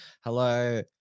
Hello